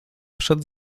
przed